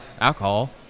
alcohol